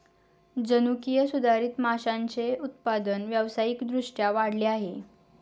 जनुकीय सुधारित माशांचे उत्पादन व्यावसायिक दृष्ट्या वाढले आहे